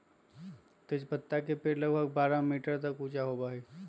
तेजपत्ता के पेड़ लगभग बारह मीटर तक ऊंचा होबा हई